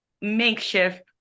makeshift